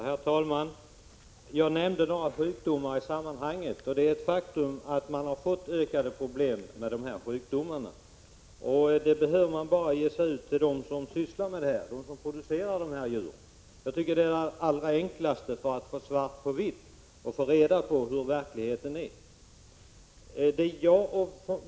Herr talman! Jag nämnde några sjukdomar i sammanhanget, och det är ett faktum att man fått ökade problem med sådana. Man behöver bara ge sig ut till dem som sysslar med detta, till dem som producerar de här djuren, för att få detta bekräftat. Det vore det allra enklaste sättet att få svart på vitt när det gäller frågan hurudan verkligheten är.